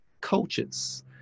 coaches